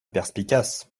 perspicace